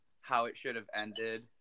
how-it-should-have-ended